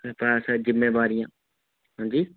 तुसें ई पता सर जिम्मेबारियां हंजी